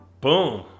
Boom